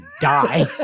die